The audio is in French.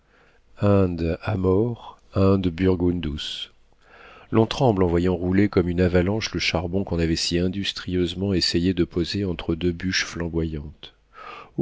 amor inde burgundus l'on tremble en voyant rouler comme une avalanche le charbon qu'on avait si industrieusement essayé de poser entre deux bûches flamboyantes